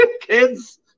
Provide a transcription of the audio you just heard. Kids